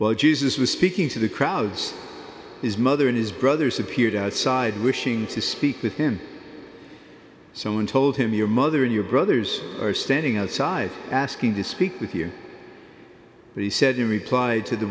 while jesus was speaking to the crowds his mother and his brothers appeared outside wishing to speak with him so and told him your mother and your brothers are standing outside asking to speak with you they said they replied to the